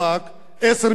10 מיליון אנשים.